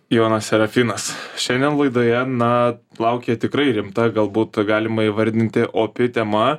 jonas serafinas šiandien laidoje na laukia tikrai rimta galbūt galima įvardinti opi tema